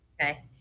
Okay